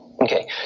Okay